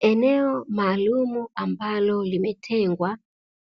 Eneo maalum ambalo limetengwa,